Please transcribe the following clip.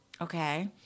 okay